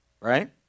Right